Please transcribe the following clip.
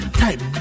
type